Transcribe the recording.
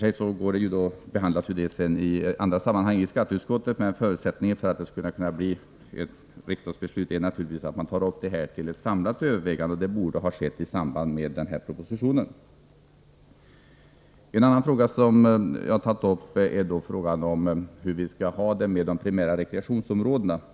I och för sig behandlas frågorna i andra sammanhang av skatteutskottet, men förutsättningen för att det skall kunna bli ett riksdagsbeslut är naturligtvis att man tar upp dem till ett samlat övervägande, och det borde ha skett i den nu aktuella propositionen. Ett annat avsnitt gäller frågan om de primära rekreationsområdena.